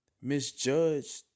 Misjudged